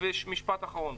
משפט אחרון,